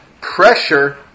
pressure